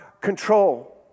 control